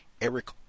Eric